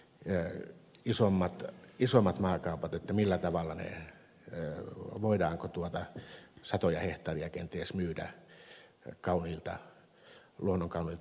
ne isommat isoimmat maakaupat millä tarkkaan ja harkita voidaanko satoja hehtaareja kenties myydä luonnonkauniilta paikoilta